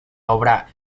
obra